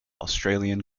australian